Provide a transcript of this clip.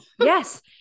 Yes